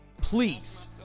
Please